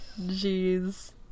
Jeez